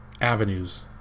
avenues